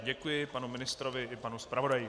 Děkuji panu ministrovi i panu zpravodaji.